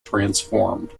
transformed